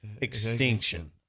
extinction